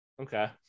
okay